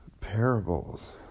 parables